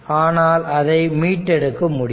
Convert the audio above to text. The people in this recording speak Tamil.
ஆனால் அதை மீட்டெடுக்க முடியும்